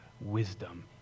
wisdom